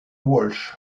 walsh